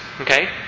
Okay